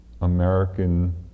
American